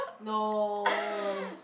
no